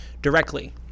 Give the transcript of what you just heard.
directly